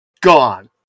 Gone